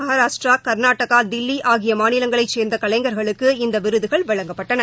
மகாராஷ்டிரா கா்நாடகா தில்லி ஆகிய மாநிலங்களைச் சேர்ந்த கலைஞர்களுக்கு இந்த விருதுகள் வழங்கப்பட்டன